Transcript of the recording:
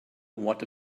what